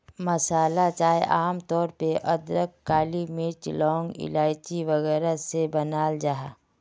मसाला चाय आम तौर पे अदरक, काली मिर्च, लौंग, इलाइची वगैरह से बनाल जाहा